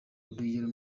urugero